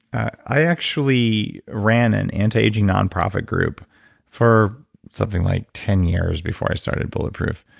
i actually ran an anti-aging non-profit group for something like ten years before i started bulletproof.